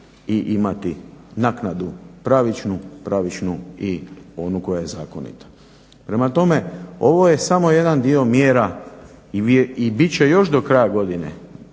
i imati naknadu pravičnu i onu koja je zakonita. Prema tome, ovo je samo jedan dio mjera i bit će još do kraja godine